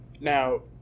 Now